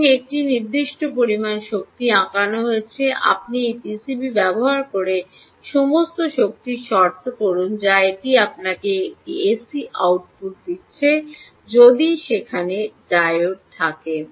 সুতরাং একটি নির্দিষ্ট পরিমাণ শক্তি আঁকানো আছে আপনি এই পিসিবি ব্যবহার করে সমস্ত শক্তি শর্ত করুন যা এটি আপনাকে একটি এসি আউটপুট দিচ্ছে যদি সেখানে ডায়োড থাকে